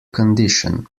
condition